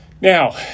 Now